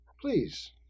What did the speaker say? Please